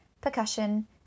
percussion